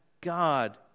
God